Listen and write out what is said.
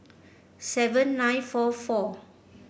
seven nine four four